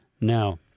Now